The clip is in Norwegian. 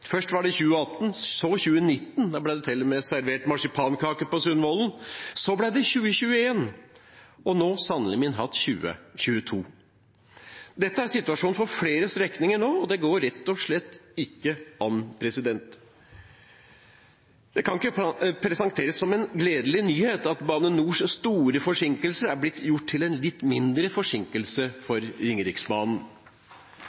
Først var det 2018, så var det 2019 – da ble det til og med servert marsipankake på Sundvollen. Så ble det 2021 og nå – sannelig min hatt – 2022. Dette er situasjonen for flere strekninger nå, og det går rett og slett ikke an. Det kan ikke presenteres som en gledelig nyhet at Bane NORs store forsinkelser er blitt gjort til en litt mindre forsinkelse